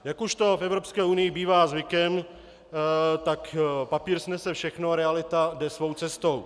Jak už to v Evropské unii bývá zvykem, tak papír snese všechno, realita jde svou cestou.